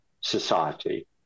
Society